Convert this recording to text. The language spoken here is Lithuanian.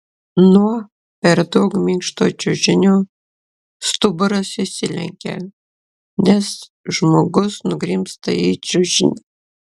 nuo per daug minkšto čiužinio stuburas išsilenkia nes žmogus nugrimzta į čiužinį